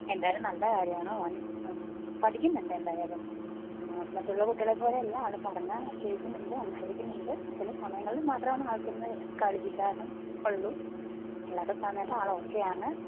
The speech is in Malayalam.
എന്തായാലും നല്ല കാര്യമാണ് മോൻ പഠിക്കുന്നുണ്ട് എന്തായാലും മറ്റുള്ള കുട്ടികളെപ്പോലെയല്ല ആള് പറഞ്ഞാൽ കേൾക്കുന്നുണ്ട് അനുസരിക്കുന്നുണ്ട് ചില സമയങ്ങളിൽ മാത്രമാണ് ആൾക്കൊന്ന് കളിവിചാരം ഉള്ളു അല്ലാത്ത സമയത്ത് ആൾ ഓക്കെയാണ്